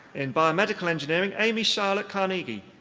in biomedical engineering, amy charlotte carnegie.